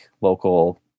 local